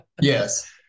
Yes